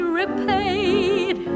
repaid